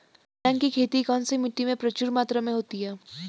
दलहन की खेती कौन सी मिट्टी में प्रचुर मात्रा में होती है?